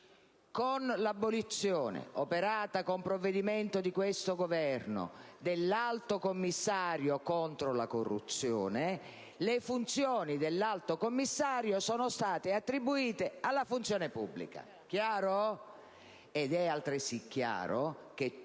con l'abolizione, operata con provvedimento di questo Governo, dell'Alto commissario contro la corruzione, le funzioni dell'Alto commissario sono state attribuite alla Funzione pubblica. Ed